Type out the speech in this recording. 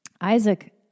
Isaac